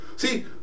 See